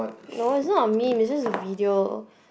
no it's not a meme it's just a video